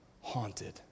haunted